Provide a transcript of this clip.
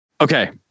Okay